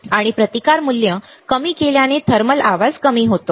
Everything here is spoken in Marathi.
आणि प्रतिकार मूल्य कमी केल्याने थर्मल आवाज कमी होतो